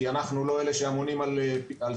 כי אנחנו לא אלה שאמונים על סניטציה.